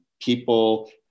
people